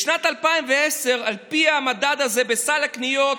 בשנת 2010, על פי המדד הזה בסל הקניות,